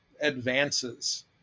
advances